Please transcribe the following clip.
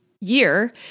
year